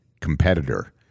competitor